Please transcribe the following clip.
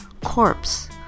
corpse